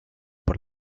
por